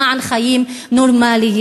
למען חיים נורמליים.